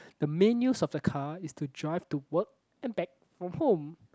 the main use of the car is to drive to work and back from home